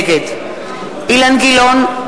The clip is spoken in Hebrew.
נגד אילן גילאון,